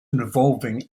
involving